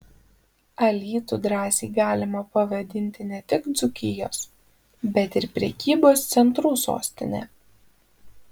alytų drąsiai galima pavadinti ne tik dzūkijos bet ir prekybos centrų sostine